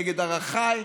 נגד ערכיי,